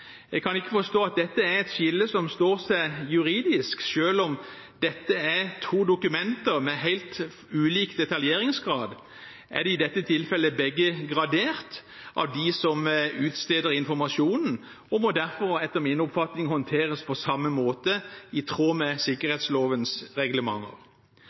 Jeg kan ikke forstå at dette er et skille som står seg juridisk. Selv om dette er to dokumenter med helt ulik detaljeringsgrad, er de begge i dette tilfellet gradert av dem som utsteder informasjonen, og de må derfor etter min oppfatning håndteres på samme måte, i tråd med